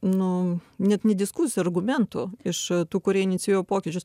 nu net ne diskusija argumentų iš tų kurie inicijuoja pokyčius